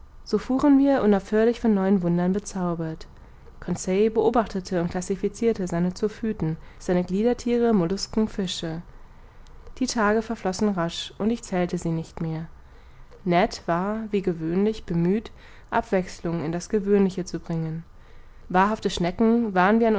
so fuhren wir unaufhörlich von neuen wundern bezaubert conseil beobachtete und classificirte seine zoophyten seine gliederthiere mollusken fische die tage verflossen rasch und ich zählte sie nicht mehr ned war wie gewöhnlich bemüht abwechselung in das gewöhnliche zu bringen wahrhafte schnecken waren wir